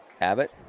Abbott